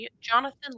jonathan